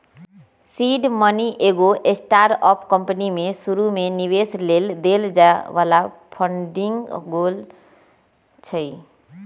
seed money एगो startup company में शुरुमे निवेश लेल देल जाय बला फंडिंग होइ छइ